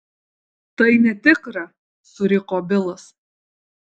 tai netikra suriko bilas